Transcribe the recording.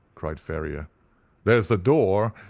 cried ferrier there is the door,